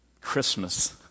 Christmas